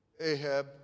Ahab